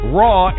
raw